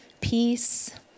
peace